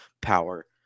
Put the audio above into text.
power